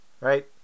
right